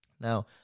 Now